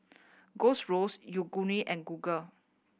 Golds Roast Yoguru and Google